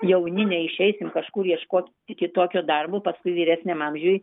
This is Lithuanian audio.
jauni neišeisime kažkur ieškoti kitokio darbo paskui vyresniam amžiuj